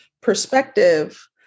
perspective